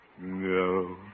no